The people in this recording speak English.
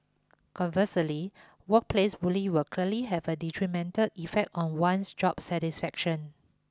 conversely workplace bully will clearly have a detrimental effect on one's job satisfaction